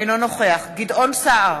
אינו נוכח גדעון סער,